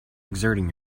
exerting